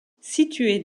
située